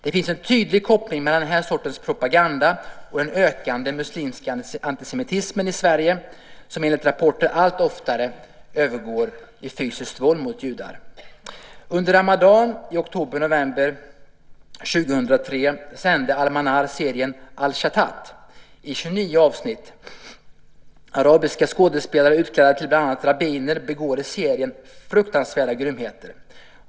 Det finns en tydlig koppling mellan den här sortens propaganda och den ökande muslimska antisemitismen i Sverige som enligt rapporter allt oftare övergår i fysiskt våld mot judar. Under ramadan i oktober-november 2003 sände Al-Manar serien Al-Shatat i 29 avsnitt. Arabiska skådespelare utklädda till bland annat rabbiner begår i serien fruktansvärda grymheter.